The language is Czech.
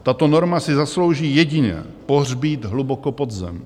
Tato norma si zaslouží jedině pohřbít hluboko pod zem.